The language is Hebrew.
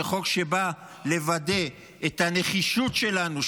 זה חוק שבא לוודא את הנחישות שלנו,